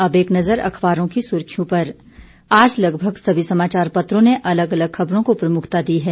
अब एक नज़र अखबारों की सुर्खियों पर आज लगभग सभी समाचार पत्रों ने अलग अलग खबरों को प्रमुखता दी है